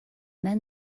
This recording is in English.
then